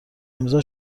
امضا